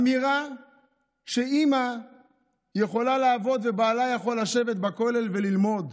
אמירה שאימא יכולה לעבוד ובעלה יכול לשבת בכולל וללמוד,